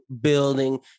building